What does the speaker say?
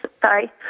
Sorry